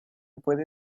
puede